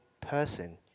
person